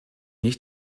nicht